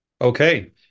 Okay